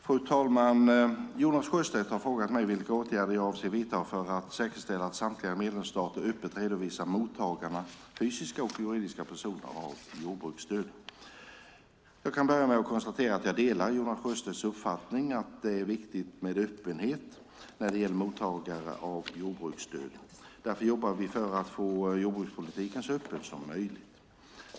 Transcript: Fru talman! Jonas Sjöstedt har frågat mig vilka åtgärder jag avser att vidta för att säkerställa att samtliga medlemsstater öppet redovisar mottagarna - fysiska och juridiska personer - av jordbruksstöd. Jag kan börja med att konstatera att jag delar Jonas Sjöstedts uppfattning att det är viktigt med öppenhet när det gäller mottagare av jordbruksstöd. Därför jobbar vi för att få jordbrukspolitiken så öppen som möjligt.